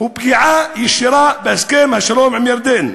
הוא פגיעה ישירה בהסכם השלום עם ירדן.